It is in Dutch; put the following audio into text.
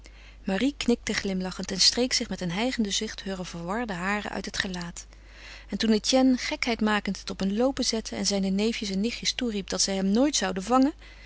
marie knikte glimlachend en streek zich met een hijgenden zucht heure verwarde haren uit het gelaat en toen etienne gekheid makend het op een loopen zette en zijne neefjes en nichtjes toeriep dat zij hem nooit zouden vangen